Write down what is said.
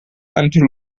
until